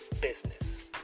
business